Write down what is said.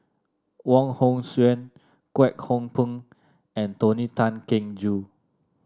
Wong Hong Suen Kwek Hong Png and Tony Tan Keng Joo